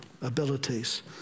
abilities